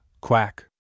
Quack